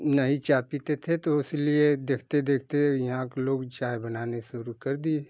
नहीं चाय पीते थे तो इसलिए देखते देखते यहाँ के लोग चाय बनाने शुरू कर दिए